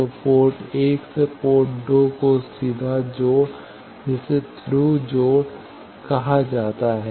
तो पोर्ट 1 से पोर्ट 2 का सीधा जोड़ जिसे थ्रू जोड़ कहा जाता है